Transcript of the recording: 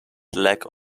lack